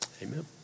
Amen